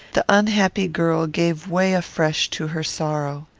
the unhappy girl gave way afresh to her sorrow.